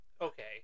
okay